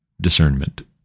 discernment